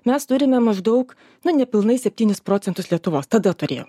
mes turime maždaug nu nepilnai septynis procentus lietuvos tada turėjom